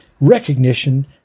recognition